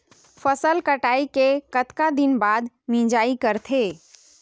फसल कटाई के कतका दिन बाद मिजाई करथे?